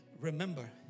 Remember